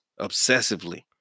obsessively